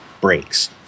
breaks